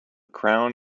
crown